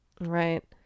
Right